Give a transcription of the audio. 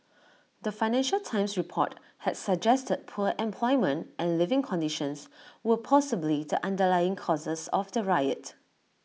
the financial times report had suggested poor employment and living conditions were possibly the underlying causes of the riot